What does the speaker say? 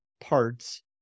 parts